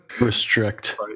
restrict